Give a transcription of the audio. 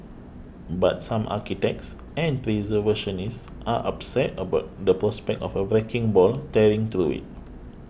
but some architects and preservationists are upset about the prospect of a wrecking ball tearing through it